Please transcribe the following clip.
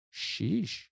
sheesh